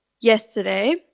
yesterday